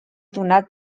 donat